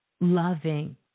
loving